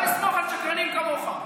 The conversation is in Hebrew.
ולא לסמוך על שקרנים כמוך.